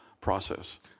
process